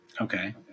Okay